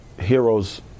Heroes